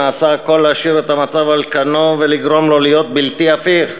נעשה הכול להשאיר את המצב על כנו ולגרום לו להיות בלתי הפיך,